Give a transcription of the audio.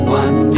one